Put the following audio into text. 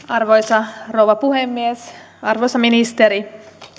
arvoisa rouva puhemies arvoisa ministeri